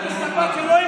חבר הכנסת אזולאי,